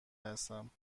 هستم